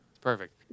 Perfect